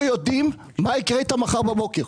100 משפחות לא יודעות מה יהיה איתן מחר בבוקר.